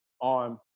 on